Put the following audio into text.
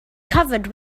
covered